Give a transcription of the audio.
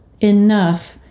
enough